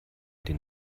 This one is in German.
den